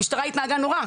המשטרה התנהגה נורא.